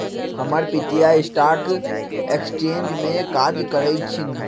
हमर पितिया stock exchange में काज करइ छिन्ह